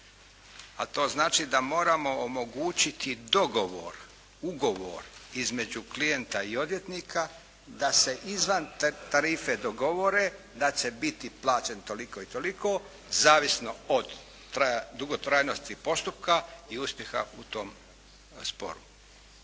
a to znači da moramo omogućiti dogovor, ugovor između klijenta i odvjetnika da se izvan tarife dogovore da će biti plaćen toliko i toliko, zavisno o dugotrajnosti postupka i uspjeha u tom sporu.